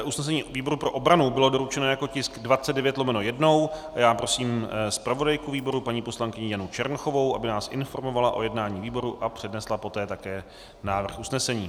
Usnesení výboru pro obranu bylo doručeno jako tisk 29/1 a já prosím zpravodajku výboru paní poslankyni Janu Černochovou, aby nás informovala o jednání výboru a přednesla poté také návrh usnesení.